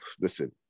listen